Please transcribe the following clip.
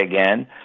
again